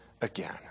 again